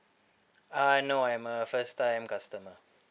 uh no I'm a first time customer